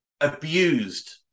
abused